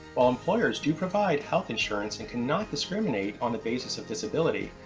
while employers do provide health insurance and cannot discriminate on the basis of disabilities,